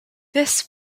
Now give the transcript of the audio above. this